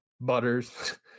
Butters